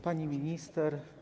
Pani Minister!